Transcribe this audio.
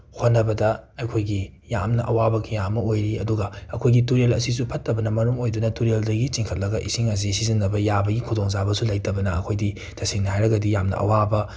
ꯍꯣꯠꯅꯕꯗ ꯑꯩꯈꯣꯏꯒꯤ ꯌꯥꯝꯅ ꯑꯋꯥꯕꯒꯤ ꯀꯌꯥ ꯑꯃ ꯑꯣꯏꯔꯤ ꯑꯗꯨꯒ ꯑꯩꯈꯣꯏꯒꯤ ꯇꯨꯔꯦꯜ ꯑꯁꯤꯁꯨ ꯐꯠꯇꯕꯅ ꯃꯔꯝ ꯑꯣꯏꯗꯨꯅ ꯇꯨꯔꯦꯜꯗꯒꯤ ꯆꯤꯡꯈꯠꯂꯒ ꯏꯁꯤꯡ ꯑꯁꯤ ꯁꯤꯖꯤꯟꯅꯕ ꯌꯥꯕꯒꯤ ꯈꯨꯗꯣꯡꯆꯥꯕꯁꯨ ꯂꯩꯇꯕꯅ ꯑꯩꯈꯣꯏꯗꯤ ꯇꯁꯦꯡꯅ ꯍꯥꯏꯔꯒꯗꯤ ꯌꯥꯝꯅ ꯑꯋꯥꯕ